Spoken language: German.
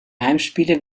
heimspiele